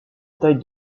taille